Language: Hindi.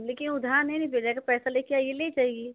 लेकिन उधार नहीं ना दिया जाएगा पैसा लेकर आइए ले जाइए